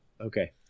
Okay